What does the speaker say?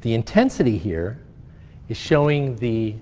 the intensity here is showing the